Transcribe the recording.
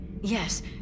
Yes